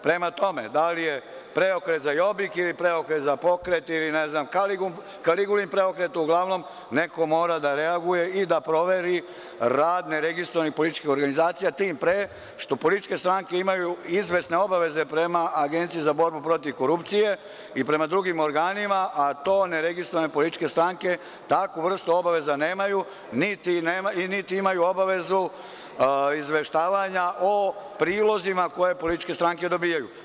Prema tome, da li je preokret za „Jobik“ ili preokret za pokret ili Kaligulin preokret, uglavnom neko mora da reaguje i da proveri rad neregistrovanih političkih organizacija, tim pre što političke stranke imaju izvesne obaveze prema Agenciji za borbu protiv korupcije i prema drugim organima a to neregistrovane političke stranke takvu vrstu obaveza nemaju niti imaju obavezu izveštavanja o prilozima koje političke stranke dobijaju.